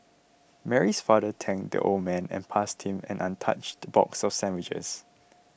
Mary's father thanked the old man and passed him an untouched box of sandwiches